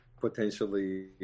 potentially